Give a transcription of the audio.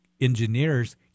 engineers